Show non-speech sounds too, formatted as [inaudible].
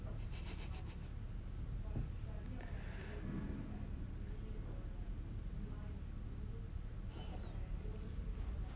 [laughs]